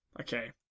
Okay